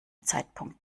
zeitpunkt